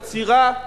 עצירה,